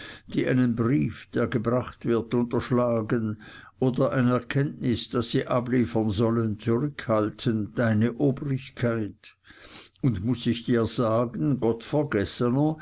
die einen brief der gebracht wird unterschlagen oder ein erkenntnis das sie abliefern sollen zurückhalten deine obrigkeit und muß ich dir sagen